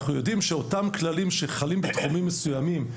אנחנו יודעים שאותם כללים שחלים בתחומים מסוימים,